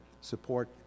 support